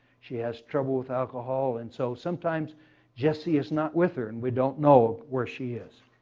she has trouble with alcohol, and so sometimes jesse is not with her, and we don't know where she is.